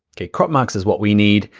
okay? crop max is what we need,